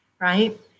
right